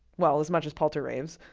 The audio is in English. well, as much as paulter raves.